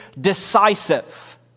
decisive